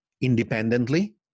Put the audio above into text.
independently